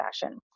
fashion